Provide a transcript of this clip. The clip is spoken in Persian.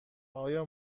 آیا